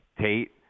Tate